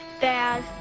Dad